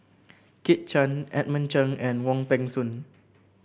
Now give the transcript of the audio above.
Kit Chan Edmund Cheng and Wong Peng Soon